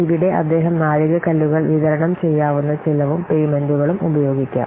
ഇവിടെ അദ്ദേഹം നാഴികക്കല്ലുകൾ വിതരണം ചെയ്യാവുന്ന ചെലവും പേയ്മെന്റുകളും ഉപയോഗിക്കാം